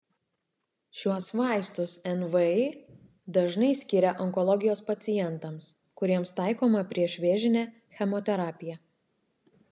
šiuos vaistus nvi dažnai skiria onkologijos pacientams kuriems taikoma priešvėžinė chemoterapija